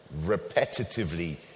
repetitively